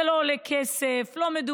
זה לא עולה כסף,